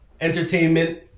entertainment